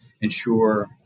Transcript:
ensure